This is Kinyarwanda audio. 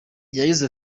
yagize